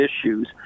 issues